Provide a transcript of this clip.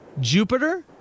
Jupiter